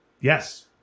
Yes